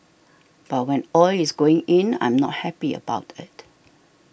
but when oil is going in I'm not happy about it